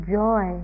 joy